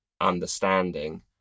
understanding